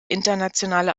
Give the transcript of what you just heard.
internationale